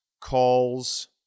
calls